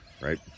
right